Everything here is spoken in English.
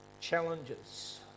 challenges